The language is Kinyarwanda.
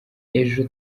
ejo